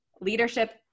leadership